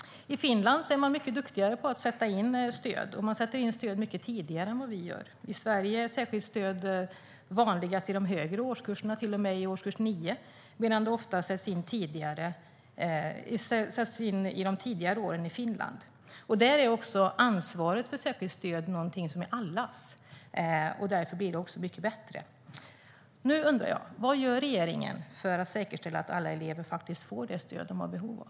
I Finland är man mycket duktigare på att sätta in stöd. Man sätter in det mycket tidigare än vad vi gör. I Sverige är särskilt stöd vanligast i de högre årskurserna, till och med i årskurs 9, medan det ofta sätts in i de lägre årskurserna i Finland. Där är ansvaret för särskilt stöd någonting som är allas, och därför blir det också mycket bättre. Vad gör regeringen för att säkerställa att alla elever faktiskt får det stöd de har behov av?